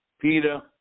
Peter